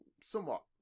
somewhat